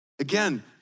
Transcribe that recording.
Again